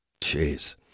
Jeez